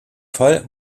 fall